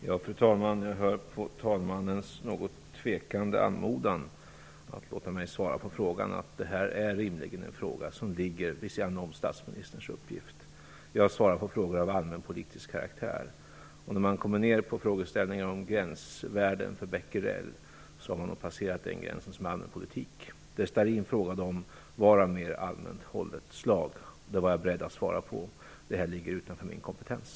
Fru talman! Jag hör på talmannens något tvekande anmodan att det här är en fråga som rimligen ligger vid sidan av statsministerns uppgift. Jag svarar på frågor av allmänpolitisk karaktär. När man kommer in på frågeställningar om gränsvärden för becquerel har man passerat gränsen för allmänpolitik. Det Karin Starrin frågade om var av mer allmänt slag. Det var jag beredd att svara på. Det här ligger utanför min kompetens.